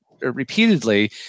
repeatedly